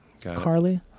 Carly